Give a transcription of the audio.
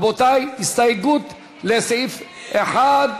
רבותי, הסתייגות לסעיף 1,